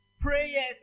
prayers